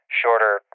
shorter